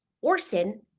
Orson